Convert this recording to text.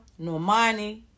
Normani